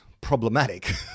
problematic